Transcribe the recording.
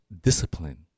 discipline